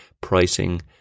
pricing